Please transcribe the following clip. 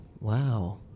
Wow